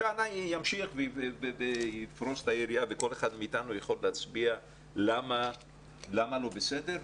עוד ימשיכו ויפרסו את היריעה וכל אחד מאיתנו יכול להצביע למה לא בסדר.